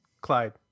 Clyde